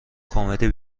کمدی